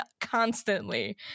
constantly